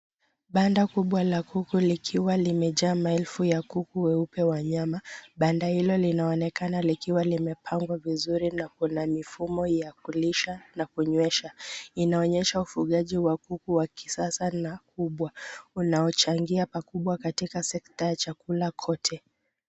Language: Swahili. Banda kubwa la kuku likiwa limejaa maelfu ya kuku weupe wa nyama, banda hilo linaonekana likiwa limepangwa vizuri na kuna mifumo ya kulisha na kunywesha. Inaonyesha ufugaji wa kuku wa kisasa na ubwa, unaochangia pakubwa katika sekta ya chakula kote.